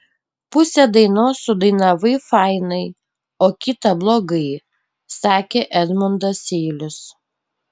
pusę dainos sudainavai fainai o kitą blogai sakė edmundas seilius